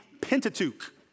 Pentateuch